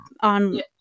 on